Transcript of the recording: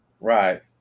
right